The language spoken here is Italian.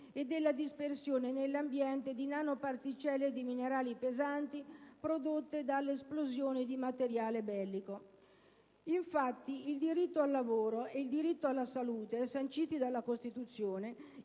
e della dispersione nell'ambiente di nanoparticelle di minerali pesanti prodotte dalle esplosioni di materiale bellico. Infatti, il diritto al lavoro ed il diritto alla salute sanciti dalla Costituzione